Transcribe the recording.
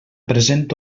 present